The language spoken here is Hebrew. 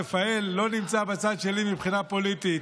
רפאל לא נמצא בצד שלי מבחינה פוליטית,